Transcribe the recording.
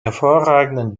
hervorragenden